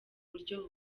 buryo